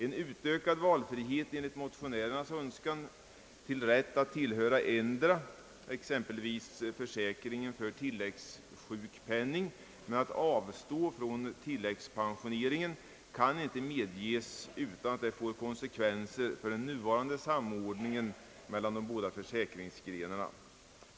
En utökad valfrihet enligt motionärernas önskan till rätt att tillhöra endera, exempelvis försäkringen för tilläggssjukpenning, men att avstå från tilläggspensioneringen kan inte medgivas utan att det får konsekvenser för den nuvarande samordningen mellan de båda försäkringsgrenarna.